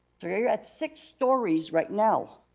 you're you're at six stories right now.